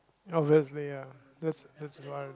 obviously ya that's that's why